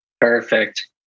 Perfect